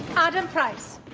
adam price